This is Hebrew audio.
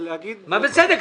מה בצדק?